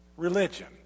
religion